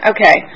Okay